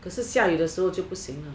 可是下雨的时候就不行啊